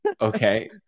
okay